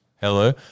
Hello